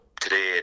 today